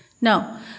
Now